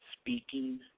speaking